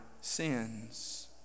sins